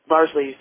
Largely